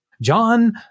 John